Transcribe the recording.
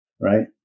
right